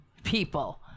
People